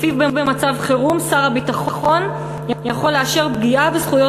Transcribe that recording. שלפיו במצב חירום שר הביטחון יכול לאשר פגיעה בזכויות